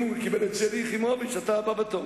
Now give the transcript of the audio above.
אם הוא קיבל את שלי יחימוביץ, אתה הבא בתור.